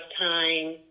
time